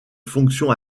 fonction